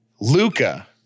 Luca